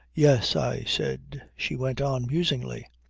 yes, i said. she went on musingly.